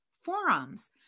forums